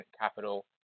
capital